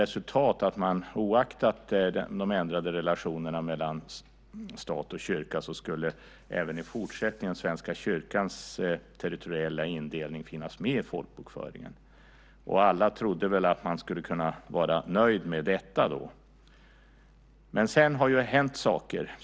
Resultatet blev att oaktat de ändrade relationerna mellan stat och kyrka skulle Svenska kyrkans territoriella indelning finnas med i folkbokföringen även i fortsättningen. Alla trodde att man skulle vara nöjd med detta. Sedan har det hänt saker.